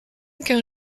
qu’un